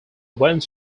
went